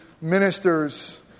ministers